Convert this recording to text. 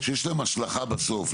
שיש להן השלכה בסוף.